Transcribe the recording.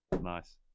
Nice